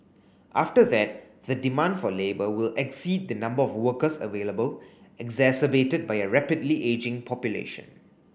after that the demand for labour will exceed the number of workers available exacerbated by a rapidly ageing population